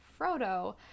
Frodo